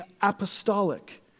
apostolic